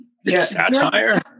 Satire